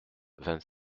vingt